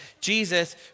Jesus